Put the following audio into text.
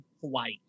Hawaii